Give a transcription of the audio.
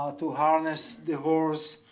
ah to harness the horse,